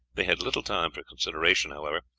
they had little time for consideration, however,